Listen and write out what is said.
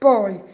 Poi